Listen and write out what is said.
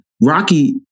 rocky